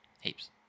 heaps